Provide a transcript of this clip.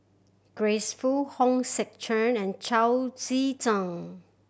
Grace Fu Hong Sek Chern and Chao Tzee Cheng